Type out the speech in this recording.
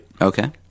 Okay